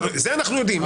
את זה אנחנו יודעים,